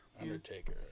Undertaker